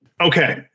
Okay